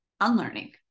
unlearning